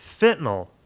fentanyl